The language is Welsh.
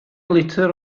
litr